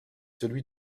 celui